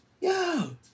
yo